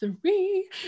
three